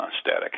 Static